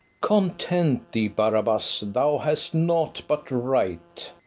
content thee, barabas thou hast naught but right.